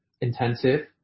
intensive